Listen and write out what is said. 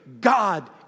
God